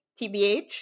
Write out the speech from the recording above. TBH